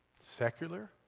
secular